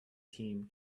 team